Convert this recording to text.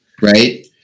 Right